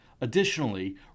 Additionally